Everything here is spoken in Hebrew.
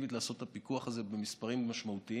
אפקטיבית לעשות את הפיקוח הזה במספרים משמעותיים,